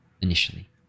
initially